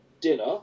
dinner